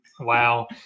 Wow